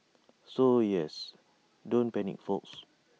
so yes don't panic folks